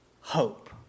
hope